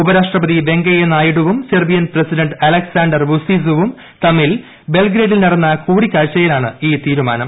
ഉപരാഷ്ട്രപതി വെങ്കയ്യനായിഡുവും Serbian president Alexander വുസീസുവും തമ്മിൽ ബെൽഗ്രേഡിൽ നടന്ന കൂടിക്കാഴ്ചയിലാണ് ഈ തീരുമാനം